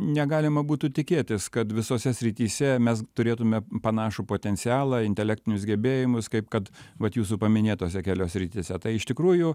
negalima būtų tikėtis kad visose srityse mes turėtume panašų potencialą intelektinius gebėjimus kaip kad vat jūsų paminėtose kelio srityse tai iš tikrųjų